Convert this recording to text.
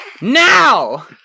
now